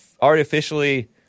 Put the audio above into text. artificially